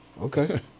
Okay